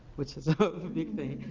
which is a big thing.